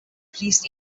fließt